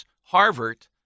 Harvard